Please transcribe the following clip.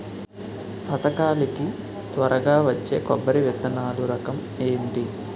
పథకాల కి త్వరగా వచ్చే కొబ్బరి విత్తనాలు రకం ఏంటి?